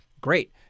great